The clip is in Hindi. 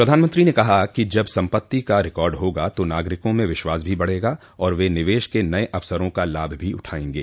प्रधानमंत्री ने कहा कि जब सम्पत्ति का रिकार्ड होगा तो नागरिकों में विश्वास भी बढ़ेगा और वे निवेश के नए अवसरों का लाभ भी उठाएंगे